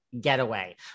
getaway